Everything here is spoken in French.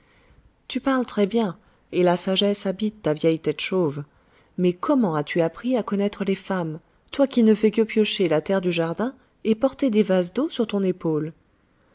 tu parles très-bien et la sagesse habite ta vieille tête chauve mais comment as-tu appris à connaître les femmes toi qui ne fais que piocher la terre du jardin et porter des vases d'eau sur ton épaule